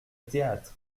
théâtre